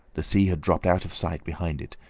the sea had dropped out of sight behind it,